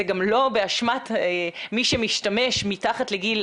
זה גם לא באשמת מי שמשתמש מתחת לגיל,